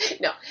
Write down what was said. No